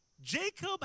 Jacob